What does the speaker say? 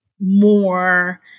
more